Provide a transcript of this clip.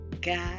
God